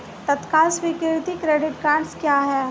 तत्काल स्वीकृति credit cards क्या हैं?